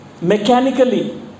mechanically